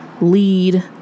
lead